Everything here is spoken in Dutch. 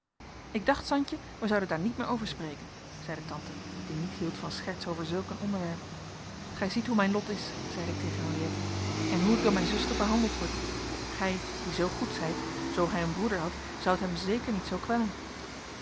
ik dacht santje wij zouden daar niet meer over spreken zeide tante die niet hield van scherts over zulk een onderwerp gij ziet hoe mijn lot is zeide ik tegen henriëtte en hoe ik door mijn zuster behandeld word gij die zoo goed zijt zoo gij een broeder hadt zoudt hem zeker niet zoo kwellen